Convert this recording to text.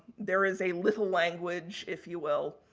there is a little language, if you will,